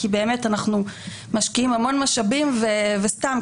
כי באמת אנחנו משקיעים המון משאבים וסתם,